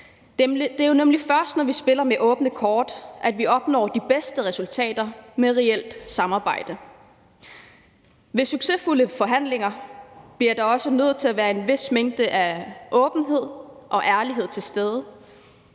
Det er jo nemlig først, når vi spiller med åbne kort, at vi opnår de bedste resultater med reelt samarbejde. Ved succesfulde forhandlinger bliver der også nødt til at være en vis mængde af åbenhed og ærlighed til stede.